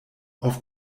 auf